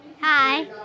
Hi